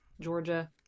Georgia